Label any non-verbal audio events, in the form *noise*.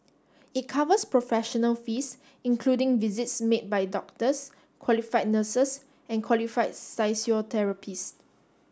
it covers professional fees including visits made by doctors qualified nurses and qualified *unintelligible*